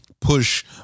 push